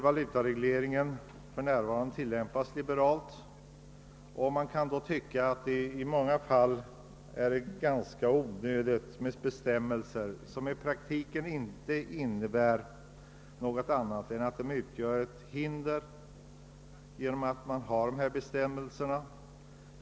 Valutaregleringen tillämpas för närvarande liberalt, och det kan då naturligtvis tyckas vara onödigt med bestämmelser som i praktiken inte fyller någon annan funktion än att vara till hinders.